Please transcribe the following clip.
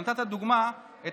נתת לדוגמה את